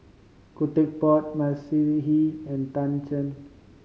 Khoo Teck Puat Mavis Hee and Tan Shen